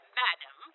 madam